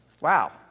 wow